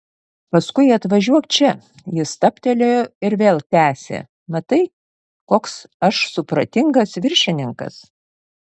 paskui atvažiuok čia jis stabtelėjo ir vėl tęsė matai koks aš supratingas viršininkas